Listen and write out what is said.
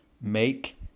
make